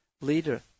leader